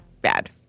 bad